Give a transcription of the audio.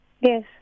Yes